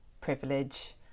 privilege